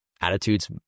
attitudes